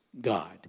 God